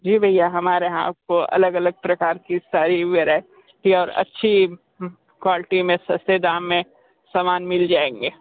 जी भैया हमारे यहाँ आपको अलग अलग प्रकार की सारी वेराइटी और अच्छी क्वालिटी में सस्ते दाम में सामान मिल जाएंगे